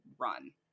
run